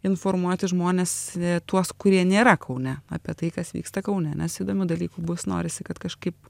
informuoti žmones tuos kurie nėra kaune apie tai kas vyksta kaune nes įdomių dalykų bus norisi kad kažkaip